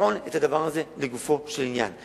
לבחון את הדבר הזה לגופו של עניין.